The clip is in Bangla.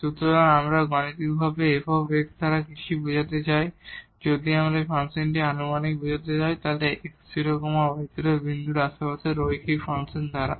সুতরাং আমরা গাণিতিকভাবে f দ্বারা কি বুঝাতে চাই যদি আমরা এই ফাংশনটি আনুমানিক করতে পারি এই x0 y0 বিন্দুর আশেপাশে রৈখিক ফাংশন দ্বারা